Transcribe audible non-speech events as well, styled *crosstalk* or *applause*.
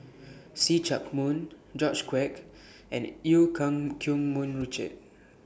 See Chak Mun George Quek and EU Keng *unintelligible* Mun Richard